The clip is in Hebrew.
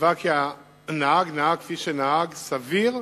ייקבע כי "הנהג נהג כפי שנהג סביר